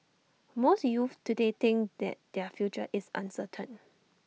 most youths today think that their future is uncertain